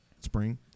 spring